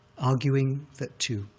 arguing that to